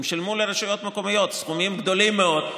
הם שילמו לרשויות המקומיות סכומים גדולים מאוד.